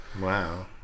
Wow